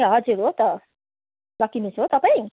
ए हजुर हो त लक्की मिस हो तपाईँ